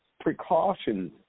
precautions